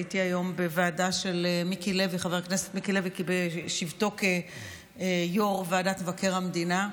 הייתי היום בוועדה של חבר הכנסת מיקי לוי בשבתו כיו"ר ועדת מבקר המדינה,